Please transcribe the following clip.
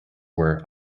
were